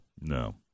No